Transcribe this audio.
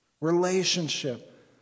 relationship